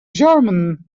german